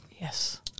Yes